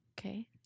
Okay